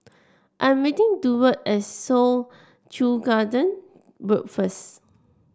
I am meeting Duard at Soo Chow Garden Road first